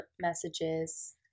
messages